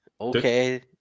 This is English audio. okay